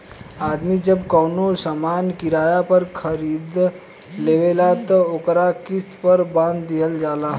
आदमी जब कवनो सामान किराया पर खरीद लेवेला त ओकर किस्त पर बांध दिहल जाला